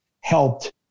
helped